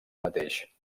mateix